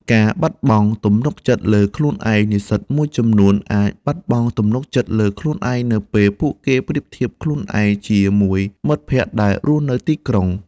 ការបាត់បង់ទំនុកចិត្តលើខ្លួនឯងនិស្សិតមួយចំនួនអាចបាត់បង់ទំនុកចិត្តលើខ្លួនឯងនៅពេលពួកគេប្រៀបធៀបខ្លួនឯងជាមួយមិត្តភ័ក្តិដែលរស់នៅទីក្រុង។